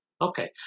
Okay